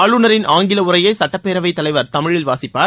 ஆளுநரின் ஆங்கில உரையை சட்டப்பேரவைத் தலைவர் தமிழில் வாசிப்பார்